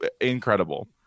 incredible